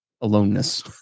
aloneness